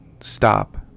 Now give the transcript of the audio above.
stop